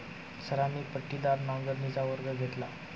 सरांनी पट्टीदार नांगरणीचा वर्ग घेतला